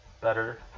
better